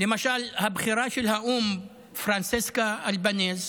למשל הבכירה של האו"ם פרנצ'סקה אלבנזה,